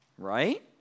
Right